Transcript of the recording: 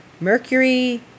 Mercury